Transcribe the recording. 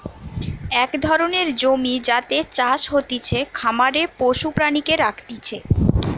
এক ধরণের জমি যাতে চাষ হতিছে, খামারে পশু প্রাণীকে রাখতিছে